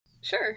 Sure